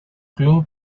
club